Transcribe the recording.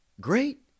Great